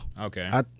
Okay